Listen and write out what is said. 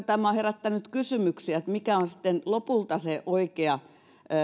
tämä on herättänyt kysymyksiä siitä mikä on sitten lopulta se oikea